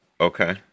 Okay